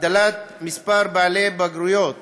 הגדלת מספר בעלי בגרויות